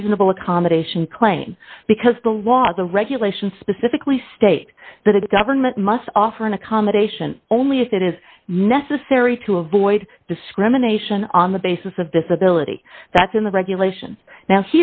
reasonable accommodation claim because the laws or regulations specifically state that a government must offer an accommodation only if it is necessary to avoid discrimination on the basis of disability that's in the regulations now